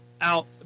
out